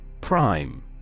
Prime